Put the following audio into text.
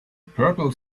purple